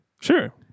Sure